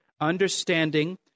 understanding